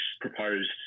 proposed